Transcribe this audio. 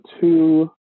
two